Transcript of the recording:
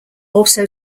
also